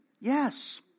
Yes